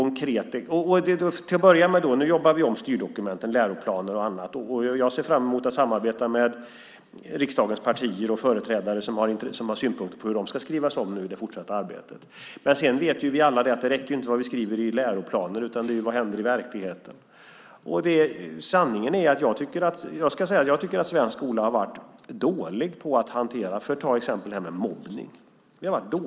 Nu jobbar vi om styrdokumenten, läroplaner och annat, och jag ser fram emot att samarbeta med riksdagens partier och företrädare som har synpunkter på hur de ska skrivas om i det fortsatta arbetet. Sedan vet vi alla att det inte räcker med vad vi skriver i läroplaner, utan det är vad som händer i verkligheten. Jag tycker att svensk skola har varit dålig på att hantera till exempel mobbning.